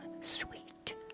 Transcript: sweet